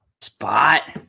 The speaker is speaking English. spot